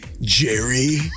Jerry